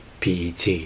PET